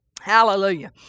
Hallelujah